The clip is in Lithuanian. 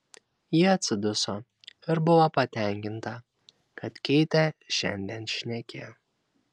ji atsiduso ir buvo patenkinta kad keitė šiandien šneki